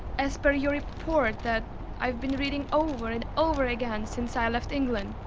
as per your report that i have been reading over and over again. since i left england.